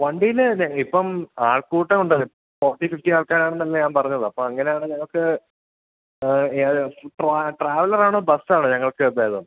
വണ്ടിയില് ഇപ്പം ആൾക്കൂട്ടമുണ്ടാകും ഫോർട്ടി ഫിഫ്റ്റി ആൾക്കാരാണെന്നല്ലെ ഞാൻ പറഞ്ഞത് അപ്പോള് അങ്ങനെയാണെങ്കില് ഞങ്ങൾക്ക് ഏത് ട്രാവലറാണോ ബസ്സാണോ ഞങ്ങൾക്ക് ഭേദം